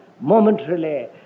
momentarily